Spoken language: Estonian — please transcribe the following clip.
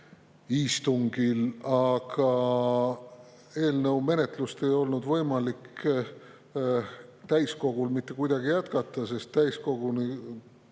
istungil. Aga eelnõu menetlust ei olnud võimalik täiskogul mitte kuidagi jätkata, sest täiskogu